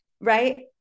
right